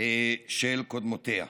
של קודמותיה.